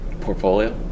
portfolio